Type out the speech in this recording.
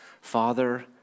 Father